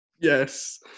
Yes